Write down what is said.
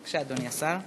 בבקשה, אדוני השר.